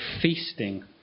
feasting